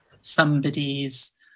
somebody's –